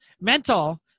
mental